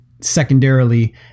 secondarily